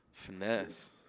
Finesse